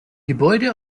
gebäude